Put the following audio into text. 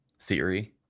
theory